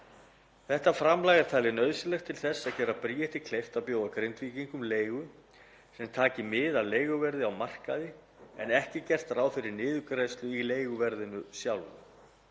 Þetta framlag er talið nauðsynlegt til þess að gera Bríeti kleift að bjóða Grindvíkingum leigu sem taki mið af leiguverði á markaði en ekki er gert ráð fyrir niðurgreiðslu í leiguverðinu sjálfu.